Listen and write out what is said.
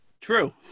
True